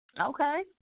Okay